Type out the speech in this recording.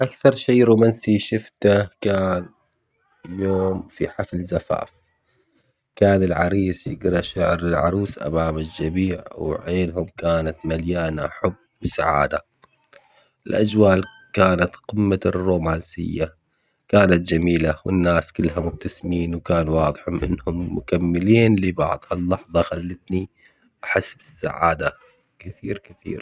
أكثر شي روممانسي شوفته كان يوم في حفل زفاف، كان العريس يقرا شعر للعروس أمام الجميع وعينهم كانت مليانة حب وسعادة، الأجواء كانت قمة الرومانسية كانت جميلة والناس كلها مبتسمين وكان واضح إنهم مكملين لبعض، هاللحظة خلتني أحس بالسعادة كثير كثير.